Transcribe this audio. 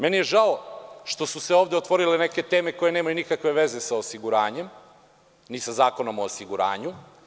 Žao mi je što su se ovde otvorile neke teme koje nemaju nikakve veze sa osiguranjem, ni sa Zakonom o osiguranju.